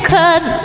Cause